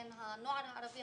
הנוער הערבי,